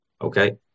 okay